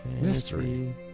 mystery